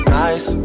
nice